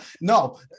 no